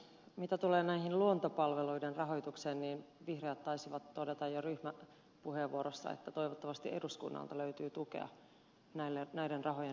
mitä tulee luontopalveluiden rahoitukseen niin vihreät taisivat todeta jo ryhmäpuheenvuorossaan että toivottavasti eduskunnalta löytyy tukea näiden rahojen löytämiseen budjettiin